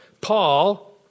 Paul